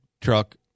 truck